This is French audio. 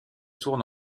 tourne